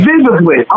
Visibly